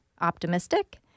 optimistic